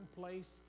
place